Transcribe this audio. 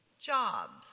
jobs